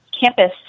campus